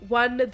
one